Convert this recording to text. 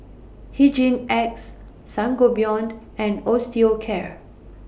Hygin X Sangobion and Osteocare